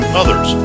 others